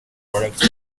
products